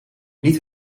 niet